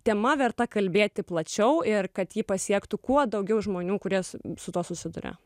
tema verta kalbėti plačiau ir kad ji pasiektų kuo daugiau žmonių kurie su tuo susiduria